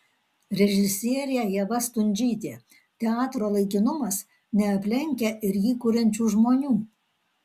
režisierė ieva stundžytė teatro laikinumas neaplenkia ir jį kuriančių žmonių